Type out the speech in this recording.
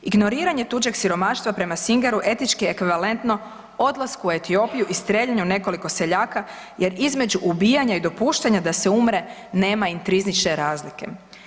Ignoriranje tuđeg siromaštva prema Singeru etički je ekvivalentno odlasku u Etiopiju i strijeljanju nekoliko seljaka jer između ubijanja i dopuštanja da se umre nema intrinzične razlike.